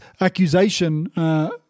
accusation